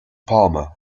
palmer